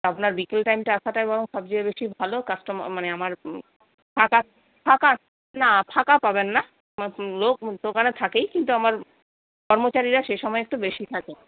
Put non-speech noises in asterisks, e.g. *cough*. আপনার বিকেল টাইমটা আসাটাই বরং সবচেয়ে বেশি ভালো কাস্টমার মানে আমার ফাঁকা ফাঁকা না ফাঁকা পাবেন না *unintelligible* লোক দোকানে থাকেই কিন্তু আমার কর্মচারীরা সে সময় একটু বেশি থাকে